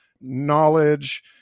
knowledge